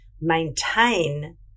maintain